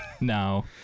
No